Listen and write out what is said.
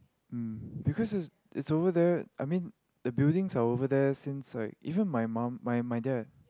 um because it's it's over there I mean the buildings are over there since like even my mom my my dad